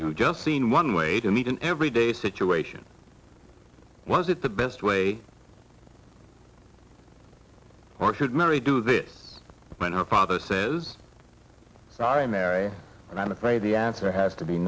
you just seen one way to meet in everyday situation was it the best way or should marry do this when our father says i marry and i'm afraid the answer has to be